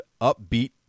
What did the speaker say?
upbeat